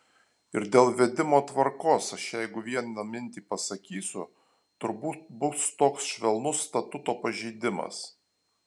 ir dėl vedimo tvarkos aš jeigu vieną mintį pasakysiu turbūt bus toks švelnus statuto pažeidimas